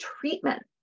treatment